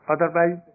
Otherwise